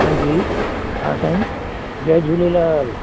हांजी हा साईं जय झूलेलाल